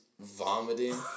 vomiting